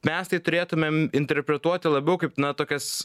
mes tai turėtumėm interpretuoti labiau kaip na tokias